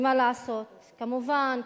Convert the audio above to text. ומה לעשות, כמובן,